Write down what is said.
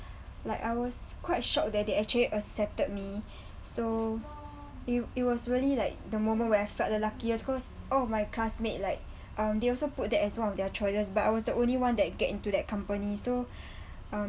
like I was quite shocked that they actually accepted me so it it was really like the moment where I felt the luckiest cause all of my classmate like um they also put that as one of their choices but I was the only one that get into that company so um